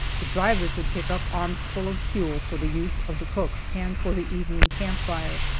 the drivers would pick up armsfull of fuel for the use of the cook and for the evening camp fire,